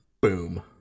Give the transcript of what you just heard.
Boom